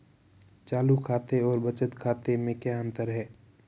चालू खाते और बचत खाते में क्या अंतर है?